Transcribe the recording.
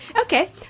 Okay